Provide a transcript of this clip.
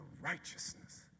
righteousness